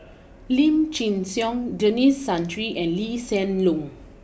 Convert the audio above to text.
Lim Chin Siong Denis Santry and Lee Hsien Loong